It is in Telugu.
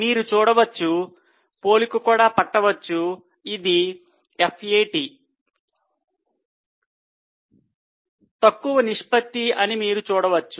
మీరు చూడవచ్చు పోలిక కూడా పట్టవచ్చు ఇది FAT తక్కువ నిష్పత్తి అని మీరు చూడవచ్చు